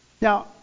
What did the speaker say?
Now